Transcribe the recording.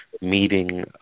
meeting